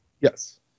Yes